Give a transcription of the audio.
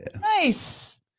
nice